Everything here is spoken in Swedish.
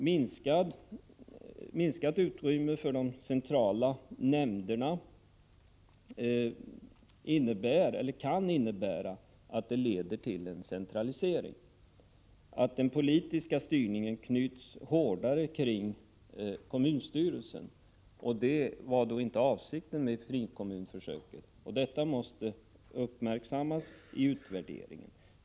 Minskat utrymme för de centrala nämnderna kan leda till en centralisering, att den politiska styrningen knyts hårdare kring kommunstyrelsen. Det var inte avsikten med frikommunsförsöket, och detta måste uppmärksammas i utvärderingen.